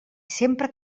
sempre